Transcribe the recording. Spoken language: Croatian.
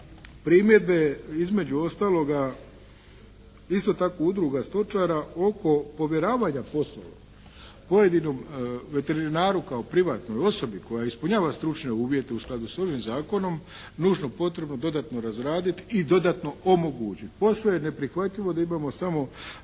primjedbe između ostaloga isto tako udruga stočara oko povjeravanja poslova pojedinom veterinaru kao privatnoj osobi koja ispunjava stručne uvjete u skladu s ovim zakonom, nužno potrebno dodatno razraditi i dodatno omogućiti. Posve je neprihvatljivo da imamo samo